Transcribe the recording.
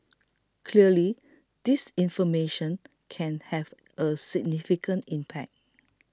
clearly disinformation can have a significant impact